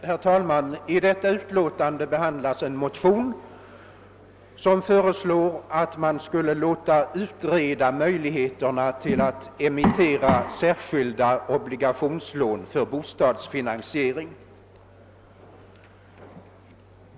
Herr talman! I föreliggande utlåtande behandlas ett motionspar vari föreslås att man skulle låta utreda möjligheterna att emittera särskilda obligationslån för bostadsfinansiering.